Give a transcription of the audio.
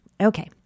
Okay